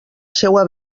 seua